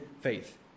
faith